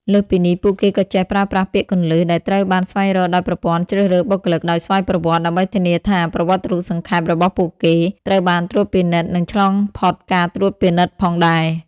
លើសពីនេះ ពួកគេក៏ចេះប្រើប្រាស់ពាក្យគន្លឹះ ដែលត្រូវបានស្វែងរកដោយប្រព័ន្ធជ្រើសរើសបុគ្គលិកដោយស្វ័យប្រវត្តិ ដើម្បីធានាថា ប្រវត្តិរូបសង្ខេប របស់ពួកគេត្រូវបានត្រួតពិនិត្យ និងឆ្លងផុតការត្រួតពិនិត្យផងដែរ។